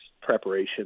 preparation